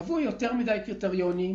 קבעו יותר מדי קריטריונים,